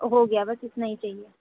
ہو گیا بس اتنا ہی چاہیے